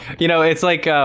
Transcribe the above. you know, it's like